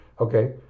Okay